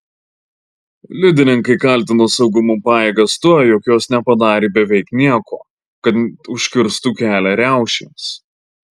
liudininkai kaltino saugumo pajėgas tuo jog jos nepadarė beveik nieko kad užkirstų kelią riaušėms